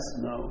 No